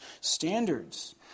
standards